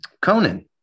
Conan